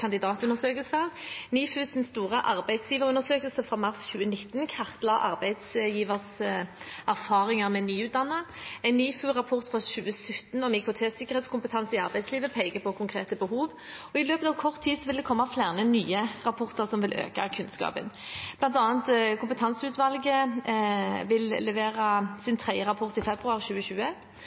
kandidatundersøkelser. NIFUs store arbeidsgiverundersøkelse fra mars 2019 kartla arbeidsgiveres erfaringer med nyutdannede. En NIFU-rapport fra 2017 om IKT-sikkerhetskompetanse i arbeidslivet peker på konkrete behov. I løpet av kort tid vil det komme flere nye rapporter som vil øke kunnskapen: Kompetansebehovsutvalget vil levere